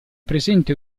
presente